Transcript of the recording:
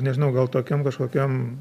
nežinau gal tokiam kažkokiam